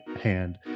hand